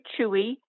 chewy